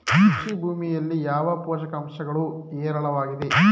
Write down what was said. ಕೃಷಿ ಭೂಮಿಯಲ್ಲಿ ಯಾವ ಪೋಷಕಾಂಶಗಳು ಹೇರಳವಾಗಿವೆ?